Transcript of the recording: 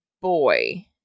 boy